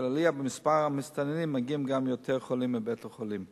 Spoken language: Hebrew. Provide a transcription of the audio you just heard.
בשל עלייה במספר המסתננים מגיעים גם יותר חולים לבית-החולים.